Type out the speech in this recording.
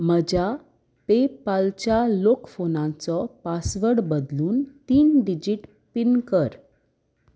म्हज्या पेपालच्या लॉक फोनाचो पासवर्ड बदलून तीन डिजीट पीन कर